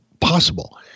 possible